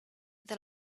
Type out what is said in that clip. that